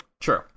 true